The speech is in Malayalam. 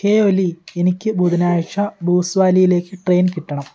ഹേയ് ഒലി എനിക്ക് ബുധനാഴ്ച ഭൂസ്വാലിയയിലേക്ക് ട്രെയിൻ കിട്ടണം